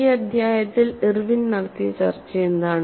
ഈ അധ്യായത്തിൽ ഇർവിൻ നടത്തിയ ചർച്ചയെന്താണ്